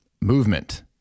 movement